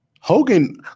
Hogan